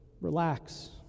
relax